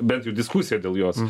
bent jau diskusija dėl jos